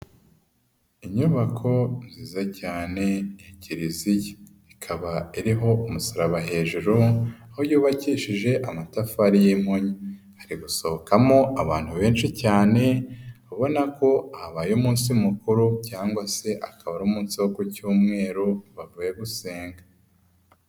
Inyubako nziza cyane ya Kiliziya, ikaba iriho umusaraba hejuru, aho yubakishije amatafari y'impunyu, hari gusohokamo abantu benshi cyane ubona ko habaye umunsi mukuru cyangwa se akaba ari umunsi wo ku cyumweru bavuye gusenga.